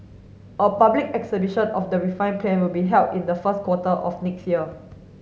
a public exhibition of the refined plan will be held in the first quarter of next year